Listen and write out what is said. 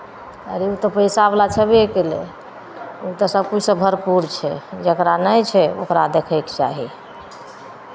अरे ओ तऽ पैसावला छेबे करय ओ तऽ सभकिछुसँ भरपूर छै जकरा नहि छै ओकरा देखयके चाही